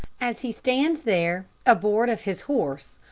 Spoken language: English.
as he stands there aboard of his horse,